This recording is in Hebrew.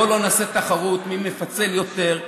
בואו לא נעשה תחרות מי מפצל יותר,